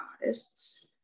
artists